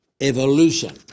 evolution